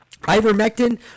Ivermectin